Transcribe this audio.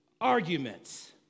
arguments